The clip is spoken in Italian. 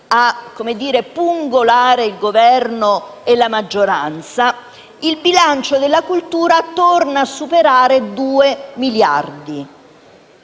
sempre a pungolare il Governo e la maggioranza - il bilancio della cultura torna a superare 2 miliardi